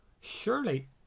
surely